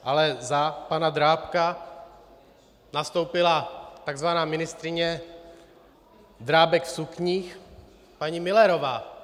Ale za pana Drábka nastoupila takzvaná ministryně Drábek v sukních, paní Müllerová.